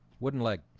wooden leg.